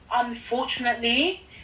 unfortunately